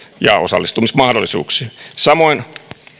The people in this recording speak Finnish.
ja osallistumismahdollisuuksia samoin